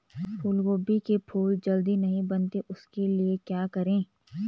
फूलगोभी के फूल जल्दी नहीं बनते उसके लिए क्या करें?